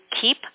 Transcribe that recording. keep